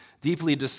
deeply